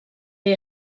est